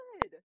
good